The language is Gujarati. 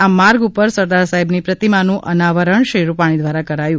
આ માર્ગ ઉપર સરદાર સાહેબની પ્રતિમાનું અનાવરણ શ્રી રૂપાણી દ્વારા કરાયું